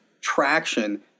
traction